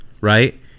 right